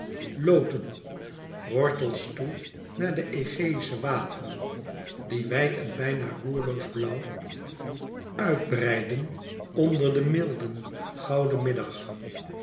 loten wortels toe naar de aegeïsche wateren die wijd en bijna roereloos blauw uit breidden onder den milden gouden middag